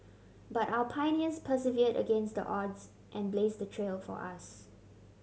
but our pioneers persevered against the odds and blazed the trail for us